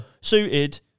suited